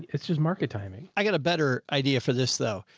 it's just market timing. i got a better idea for this though.